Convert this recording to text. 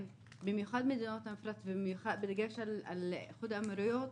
מדינות המפרץ ובמיוחד איחוד האמירויות